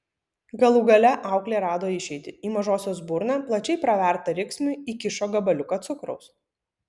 galų gale auklė rado išeitį į mažosios burną plačiai pravertą riksmui įkišo gabaliuką cukraus